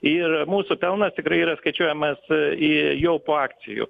ir mūsų pelnas tikrai yra skaičiuojamas i jau po akcijų